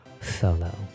solo